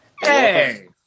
Hey